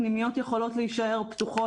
פנימיות יכולות להישאר פתוחות.